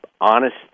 honest